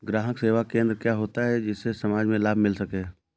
ग्राहक सेवा केंद्र क्या होता है जिससे समाज में लाभ मिल सके?